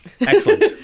excellent